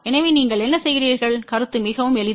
எனவே நீங்கள் என்ன செய்கிறீர்கள் கருத்து மிகவும் எளிது